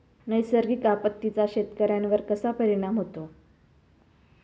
नैसर्गिक आपत्तींचा शेतकऱ्यांवर कसा परिणाम होतो?